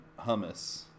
hummus